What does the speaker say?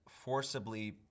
forcibly